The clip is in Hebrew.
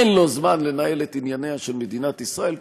אין לו זמן לנהל את ענייניה של מדינת ישראל?